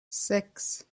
sechs